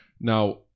now